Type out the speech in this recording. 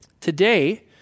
Today